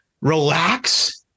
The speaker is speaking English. relax